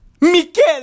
Mikel